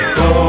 go